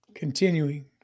Continuing